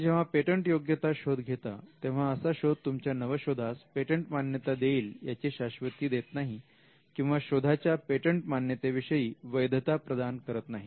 तुम्ही जेव्हा पेटंटयोग्यता शोध घेता तेव्हा असा शोध तुमच्या नवशोधास पेटंट मान्यता देईल याची शाश्वती देत नाही किंवा शोधाच्या पेटंट मान्यते विषयी वैधता प्रदान करत नाही